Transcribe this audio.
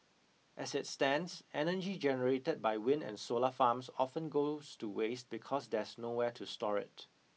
as it stands energy generated by wind and solar farms often goes to waste because there's nowhere to store it